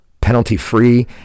penalty-free